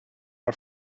are